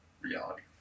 reality